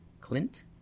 Clint